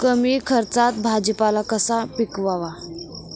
कमी खर्चात भाजीपाला कसा पिकवावा?